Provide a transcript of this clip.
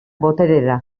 boterera